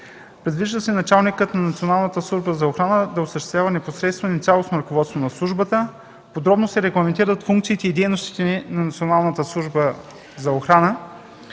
Предвижда се началникът на Националната служба за охрана да осъществява непосредственото и цялостно ръководство на службата. Подробно се регламентират функциите и дейностите на Националната служба за охрана.